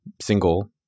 single